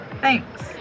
Thanks